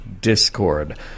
Discord